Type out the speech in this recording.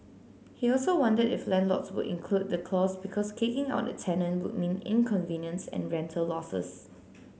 he also wondered if landlords would include the clause because kicking out a tenant would mean inconvenience and rental losses